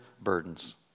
burdens